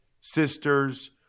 sisters